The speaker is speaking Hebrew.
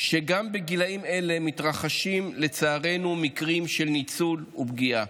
שגם בגילים האלה מתרחשים לצערנו מקרים של ניצול ופגיעה.